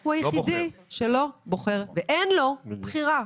הוא היחידי שלא בוחר ואין לו בחירה.